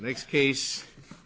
next case